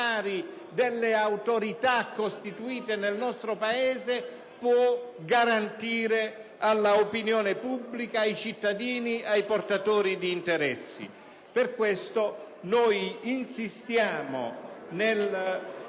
delle Autorità costituite nel nostro Paese, può garantire all'opinione pubblica, ai cittadini, ai portatori di interessi. *(Brusìo)*. [**Presidenza della